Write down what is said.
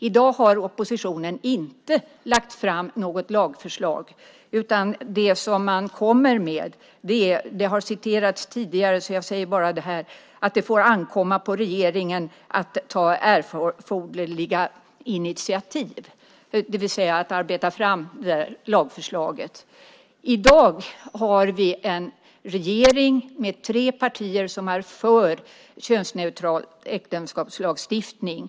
I dag har oppositionen inte lagt fram något lagförslag, utan det som man kommer med är - det har citerats tidigare, så jag säger bara det här - att det får ankomma på regeringen att ta erforderliga initiativ, det vill säga att arbeta fram lagförslaget. I dag har vi en regering med tre partier som är för könsneutral äktenskapslagstiftning.